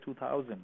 2000